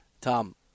Tom